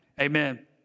Amen